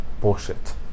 bullshit